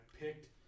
picked